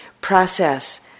process